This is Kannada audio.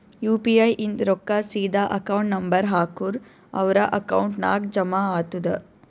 ಯು ಪಿ ಐ ಇಂದ್ ರೊಕ್ಕಾ ಸೀದಾ ಅಕೌಂಟ್ ನಂಬರ್ ಹಾಕೂರ್ ಅವ್ರ ಅಕೌಂಟ್ ನಾಗ್ ಜಮಾ ಆತುದ್